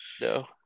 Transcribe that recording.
No